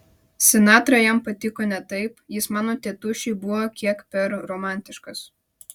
sinatra jam patiko ne taip jis mano tėtušiui buvo kiek per romantiškas